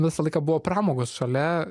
visą laiką buvo pramogos šalia